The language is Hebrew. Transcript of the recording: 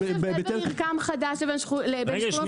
איזה מרקם חדש לבין שכונות חדשות --- רגע,